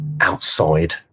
outside